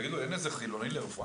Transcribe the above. תגידו, אין איזה חילוני לרפואה?